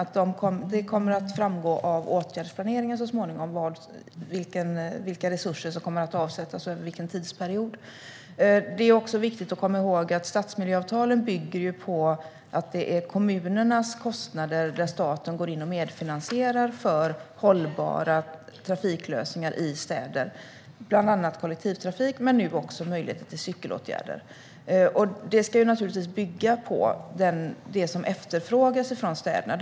Det kommer att framgå av åtgärdsplaneringen så småningom vilka resurser som kommer att avsättas och över vilken tidsperiod. Det är också viktigt att komma ihåg att stadsmiljöavtalen bygger på att det är kommunernas kostnader och att staten går in och medfinansierar för hållbara trafiklösningar i städer. Det gäller bland annat kollektivtrafik men nu också möjligheter till cykelåtgärder. Det ska bygga på det som efterfrågas från städerna.